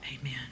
amen